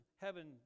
heaven